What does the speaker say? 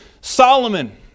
Solomon